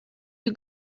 you